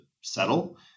settle